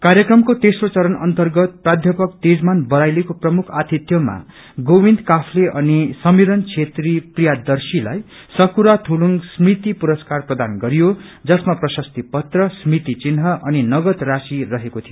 कार्यक्रमको तेस्रो चरण अन्तगत प्राध्यापक तेजनमान बराइलीको प्रमुख आतिध्यमा गोविन्द काफले अनि समीरण छेत्री प्रियदर्शीलाई सकुरा थुलुंग स्मृति पुरस्कार प्रदान गरियो जसमा प्रशस्ति पत्र स्मृति चिन्ह अनि नगद राशि रहेको थियो